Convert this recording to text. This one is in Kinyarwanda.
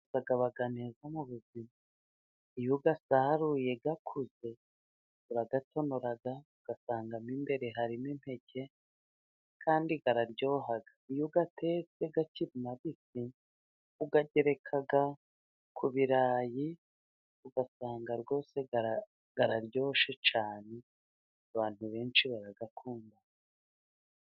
Aba meza mu buzima, iyo uyasaruye akuze, urayatonora, ugasangamo imbere harimo impeke, kandi araryoha iyo uyatetse akiri mabisi, ukayagereka ku birayi, ugasanga rwose araryoshye cyane, abantu benshi barayakunda.